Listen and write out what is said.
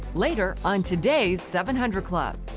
later on today's seven hundred club.